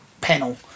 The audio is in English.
panel